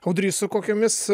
audry su kokiomis